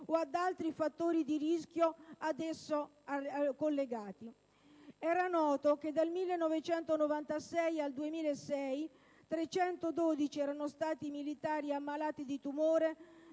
ad altri fattori di rischio ad esso collegati. Era noto che dal 1996 al 2006, 312 erano stati i militari ammalati di tumore,